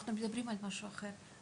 אנחנו מדברים על משהו אחר.